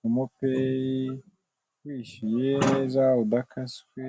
MOMO Pay wishyuye neza udakaswe..